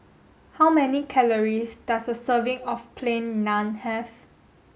how many calories does a serving of plain naan have